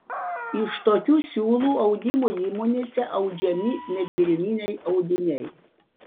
iš tokių siūlų audimo įmonėse audžiami medvilniniai audiniai